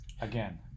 again